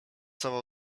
cała